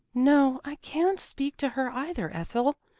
no, i can't speak to her either, ethel.